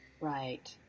Right